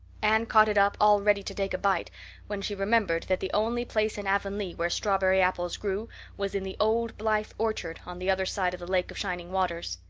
anne caught it up all ready to take a bite when she remembered that the only place in avonlea where strawberry apples grew was in the old blythe orchard on the other side of the lake of shining waters.